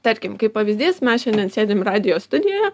tarkim kaip pavyzdys mes šiandien sėdim radijo studijoje